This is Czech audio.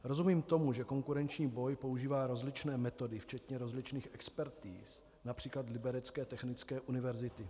Rozumím tomu, že konkurenční boj používá rozličné metody, včetně rozličných expertiz, např. Liberecké technické univerzity.